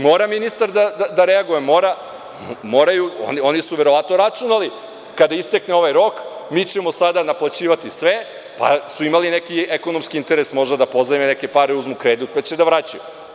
Mora ministar da reaguje, oni su verovatno računali kada istekne ovaj rok mi ćemo sada naplaćivati sve, pa su imali neki ekonomski interes možda da pozajme neke pare, uzmu kredit pa će da vraćaju.